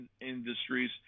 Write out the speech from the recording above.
industries